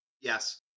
Yes